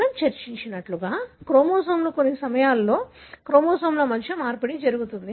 మనము చర్చించినట్లుగా క్రోమోజోములు కొన్ని సమయాలలో క్రోమోజోమ్ల మధ్య మార్పిడి జరుగుతుంది